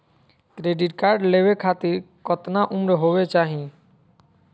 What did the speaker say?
Credit card लेवे खातीर कतना उम्र होवे चाही?